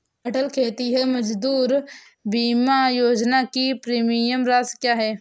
अटल खेतिहर मजदूर बीमा योजना की प्रीमियम राशि क्या है?